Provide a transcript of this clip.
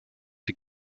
die